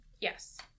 Yes